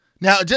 now